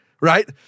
Right